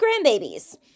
grandbabies